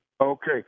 Okay